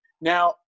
Now